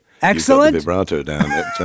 Excellent